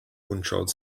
controlled